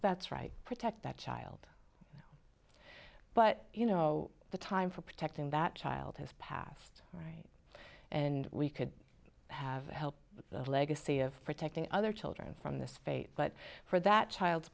that's right protect that child but you know the time for protecting that child has passed right and we could have helped the legacy of protecting other children from this fate but for that child's